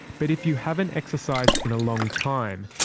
but if you haven't exercised in a long time,